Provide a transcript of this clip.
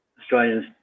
Australians